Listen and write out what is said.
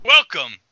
Welcome